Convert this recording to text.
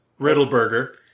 Riddleberger